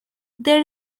there